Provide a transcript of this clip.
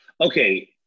Okay